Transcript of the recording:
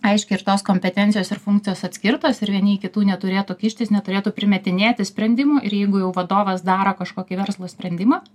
aiškiai ir tos kompetencijos ir funkcijos atskirtos ir vieni į kitų neturėtų kištis neturėtų primetinėti sprendimų ir jeigu jau vadovas daro kažkokį verslo sprendimą